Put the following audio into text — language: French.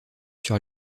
sur